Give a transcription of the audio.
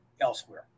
elsewhere